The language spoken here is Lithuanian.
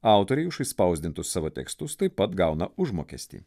autoriai už išspausdintus savo tekstus taip pat gauna užmokestį